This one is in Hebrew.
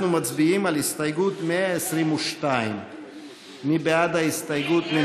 אנחנו מצביעים על הסתייגות 122. מי בעד ההסתייגות?